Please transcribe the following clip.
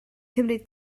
cymryd